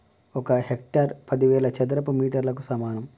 ఒక హెక్టారు పదివేల చదరపు మీటర్లకు సమానం